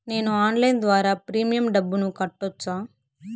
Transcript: నేను ఆన్లైన్ ద్వారా ప్రీమియం డబ్బును కట్టొచ్చా?